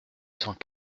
cent